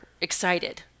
excited